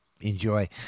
enjoy